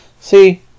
See